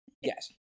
yes